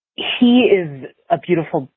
he is a beautiful,